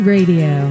Radio